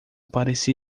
parecia